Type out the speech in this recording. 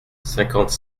cinquante